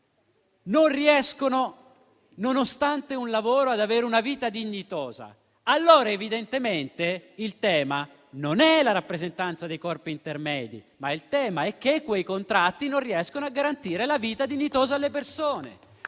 non riescono, nonostante un lavoro, ad avere una vita dignitosa, evidentemente il tema non è la rappresentanza dei corpi intermedi, ma è che quei contratti non riescono a garantire una vita dignitosa alle persone.